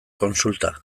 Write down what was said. kontsulta